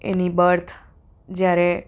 એની birth જ્યારે